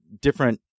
different